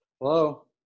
Hello